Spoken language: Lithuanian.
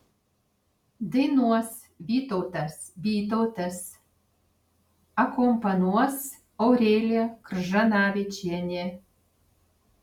dainuos vytautas bytautas akompanuos aurelija kržanavičienė